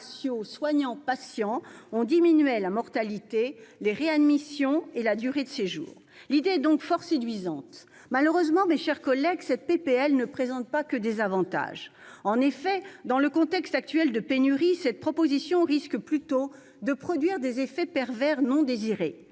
soignants par patient diminuait la mortalité, les réadmissions et la durée de séjour. L'idée d'instaurer des quotas est donc fort séduisante. Malheureusement, mes chers collègues, cette proposition de loi ne présente pas que des avantages. En effet, dans le contexte actuel de pénurie, cette proposition risque plutôt de produire des effets pervers. Sans